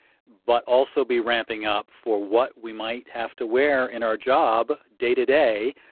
but also be ramping up for what we might have to wear in our job, day to day,